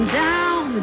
down